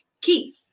key